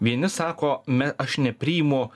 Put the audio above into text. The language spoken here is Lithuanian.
vieni sako me aš nepriimu